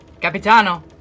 Capitano